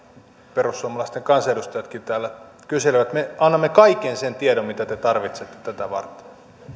perussuomalaisten kansanedustajatkin täällä kyselevät me annamme kaiken sen tiedon mitä te tarvitsette tätä varten